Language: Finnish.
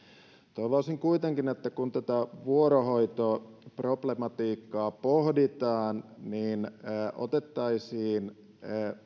toivoisin kuitenkin että kun tätä vuorohoitoproblematiikkaa pohditaan niin otettaisiin